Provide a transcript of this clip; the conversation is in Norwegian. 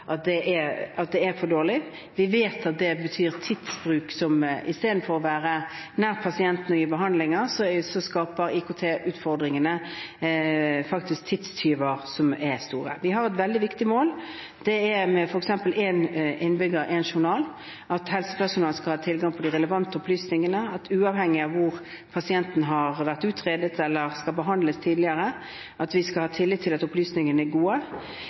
at de er for dårlige. Vi vet at det betyr mye for tidsbruken – istedenfor å ha tid til å være nær pasientene og gi behandling, skaper IKT-utfordringene faktisk store tidstyver. Vi har et veldig viktig mål, f.eks. dette med én innbygger – én journal: at helsepersonalet skal ha tilgang til de relevante opplysningene, og at uavhengig av hvor pasienten har vært utredet eller blitt behandlet tidligere, skal vi ha tillit til at opplysningene er gode.